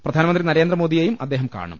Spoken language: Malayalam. പ്രധാനമന്ത്രി നരേന്ദ്രമോദിയെയും അദ്ദേഹം കാണും